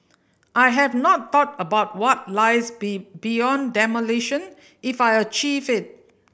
I have not thought about what lies be beyond demolition if I achieve it